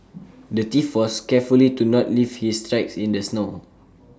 the thief was carefully to not leave his tracks in the snow